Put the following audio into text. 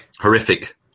horrific